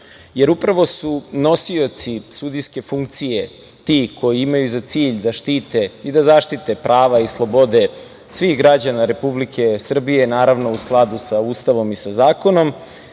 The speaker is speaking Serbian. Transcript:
način. Upravo su nosioci sudijske funkcije ti koji imaju za cilj da štite i da zaštite prava i slobode svih građana Republike Srbije, naravno u skladu sa Ustavom i sa zakonom. Kada